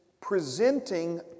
presenting